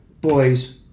boys